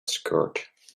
skirt